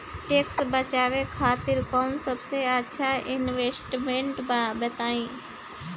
Tax बचावे खातिर कऊन सबसे अच्छा इन्वेस्टमेंट बा बताई?